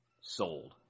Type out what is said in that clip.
sold